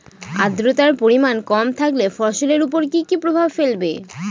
আদ্রর্তার পরিমান কম থাকলে ফসলের উপর কি কি প্রভাব ফেলবে?